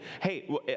hey